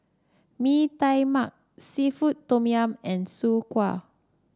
Mee Tai Mak seafood Tom Yum and Soon Kway